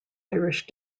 irish